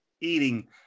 eating